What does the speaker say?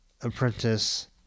apprentice